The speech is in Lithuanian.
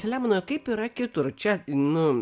selemonai o kaip yra kitur čia nu